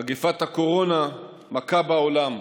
מגפת הקורונה מכה בעולם,